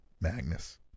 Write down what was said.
Magnus